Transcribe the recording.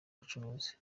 bucuruzi